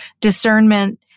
discernment